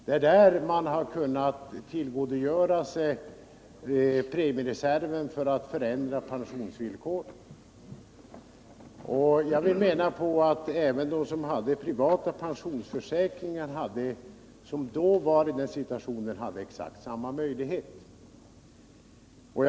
Det är där man har tillgodogjort sig premiereserven för att kunna förändra pensionsvillkoren. Jag vill hävda att även de som då var i den situationen och som hade privata pensionsförsäkringar hade exakt samma möjligheter.